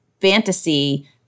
fantasy